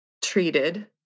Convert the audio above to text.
treated